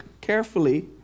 carefully